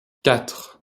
quatre